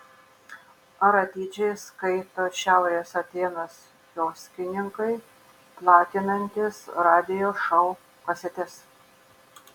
ar atidžiai skaito šiaurės atėnus kioskininkai platinantys radijo šou kasetes